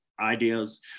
ideas